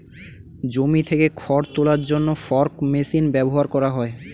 জমি থেকে খড় তোলার জন্য ফর্ক মেশিন ব্যবহার করা হয়